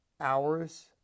hours